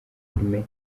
filime